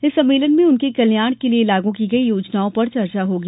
इस सम्मेलन में उनके कल्याण के लिये लागू की गई योजनाओं पर चर्चा होगी